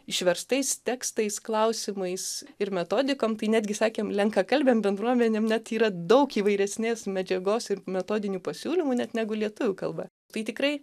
išverstais tekstais klausimais ir metodikom tai netgi sakėm lenkakalbėm bendruomenėm net yra daug įvairesnės medžiagos ir metodinių pasiūlymų net negu lietuvių kalba tai tikrai